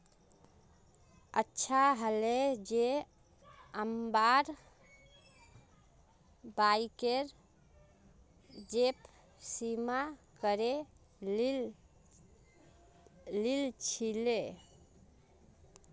अच्छा हले जे अब्बार बाइकेर गैप बीमा करे लिल छिले